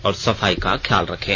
और सफाई का ख्याल रखें